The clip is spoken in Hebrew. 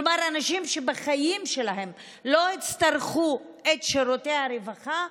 כלומר אנשים שבחיים שלהם לא הצטרכו את שירותי הרווחה,